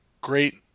great